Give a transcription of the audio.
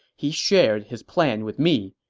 he shared his plan with me.